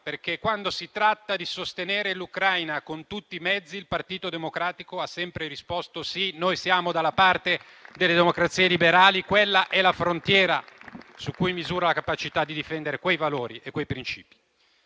perché, quando si è trattato di sostenere l'Ucraina con tutti i mezzi, il Partito Democratico ha sempre risposto sì. Noi siamo dalla parte delle democrazie liberali, quella è la frontiera su cui si misura la capacità di difendere quei valori e quei principi.